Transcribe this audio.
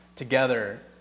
Together